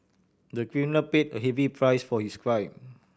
the criminal paid a heavy price for his crime